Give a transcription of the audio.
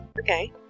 Okay